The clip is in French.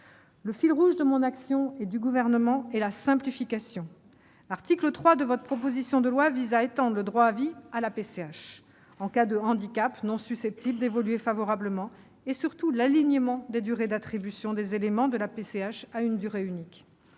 Le fil rouge de mon action et de celle du Gouvernement est la simplification. L'article 3 de votre proposition de loi étend le droit à vie à la PCH en cas de handicap non susceptible d'évoluer favorablement et vise à aligner les durées d'attribution des éléments de la PCH sur une durée unique.